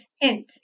hint